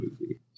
movie